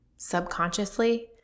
subconsciously